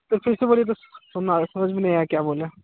तो फ़िर से बोलिए तो सुना समझ में नहीं आया क्या बोल रहे हैं